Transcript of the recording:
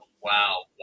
wow